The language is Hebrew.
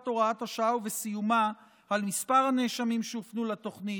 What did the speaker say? הוראת השעה ובסיומה על מספר הנאשמים שהופנו לתוכנית,